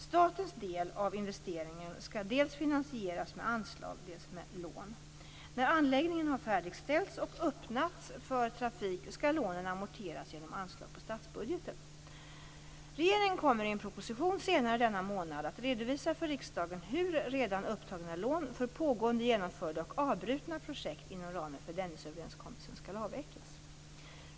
Statens del av investeringen skall dels finansieras med anslag, dels med lån. När anläggningen har färdigställts och öppnats för trafik skall lånen amorteras genom anslag på statsbudgeten. Regeringen kommer i en proposition senare denna månad att redovisa för riksdagen hur redan upptagna lån för pågående, genomförda och avbrutna projekt inom ramen för Dennisöverenskommelsen skall avvecklas.